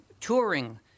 touring